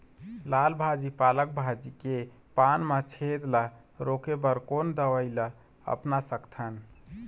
लाल भाजी पालक भाजी के पान मा छेद ला रोके बर कोन दवई ला अपना सकथन?